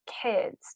kids